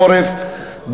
חורף,